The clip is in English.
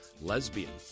Lesbian